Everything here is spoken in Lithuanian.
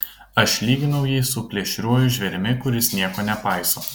aš lyginau jį su plėšriuoju žvėrimi kuris nieko nepaiso